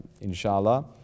inshallah